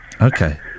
Okay